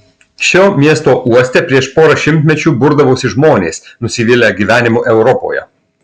šio miesto uoste prieš porą šimtmečių burdavosi žmonės nusivylę gyvenimu europoje